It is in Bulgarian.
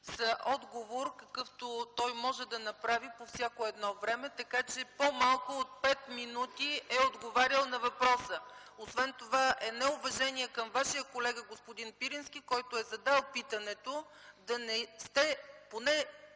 са отговор, какъвто той може да направи по всяко едно време. Така че по-малко от пет минути е отговарял на въпроса. Освен това е неуважение към вашия колега, господин Пирински, който е задал питането, да не сте